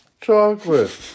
chocolate